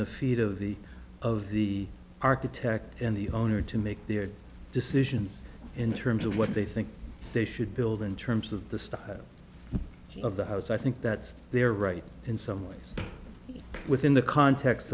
the feet of the of the architect and the owner to make their decisions in terms of what they think they should build in terms of the stuff of the house i think that's their right in some ways within the context